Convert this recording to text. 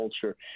culture